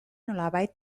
nolabait